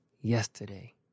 yesterday